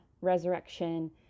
resurrection